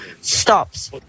stops